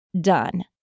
done